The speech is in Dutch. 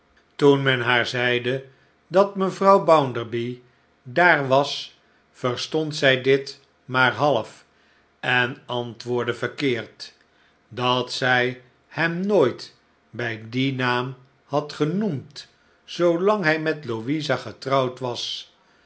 toen men haar zeide dat mevrouw bounderby daar was verstond zij dit maarhalfen antwoordde verkeerd dat zij hem nooit bij dien naam had genoemd zoolang hij met louisa getrouwd was